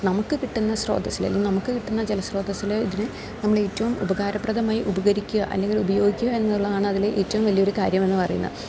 നമുക്ക് കിട്ടുന്ന സ്രോതസ്സിൽ അല്ലെങ്കിൽ നമുക്ക് കിട്ടുന്ന ജലസ്രോതസിൽ ഇതിന് നമ്മളേറ്റവും ഉപകാരപ്രദമായി ഉപകരിക്കുക അല്ലെങ്കിൽ ഉപയോഗിക്കുക എന്നുള്ളതാണ് അതിൽ ഏറ്റവും വലിയ ഒരു കാര്യമെന്ന് പറയുന്നത്